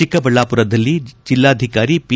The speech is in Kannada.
ಚಿಕ್ಕಬಳ್ಳಾಮರದಲ್ಲಿ ಜಿಲ್ಲಾಧಿಕಾರಿ ಪಿ